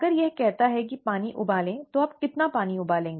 अगर यह कहता है कि पानी उबालें तो आप कितना पानी उबालें